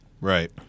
Right